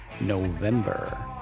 November